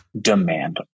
demand